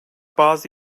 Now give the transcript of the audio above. bazı